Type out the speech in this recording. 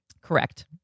Correct